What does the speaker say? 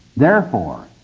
therefore,